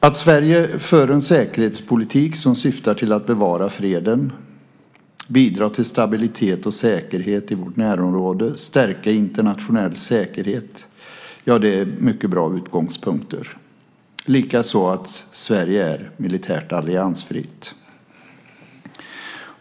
Att Sverige för en säkerhetspolitik som syftar till att bevara freden, bidra till stabilitet och säkerhet i vårt närområde och stärka internationell säkerhet är mycket bra utgångspunkter, likaså att Sverige är militärt alliansfritt.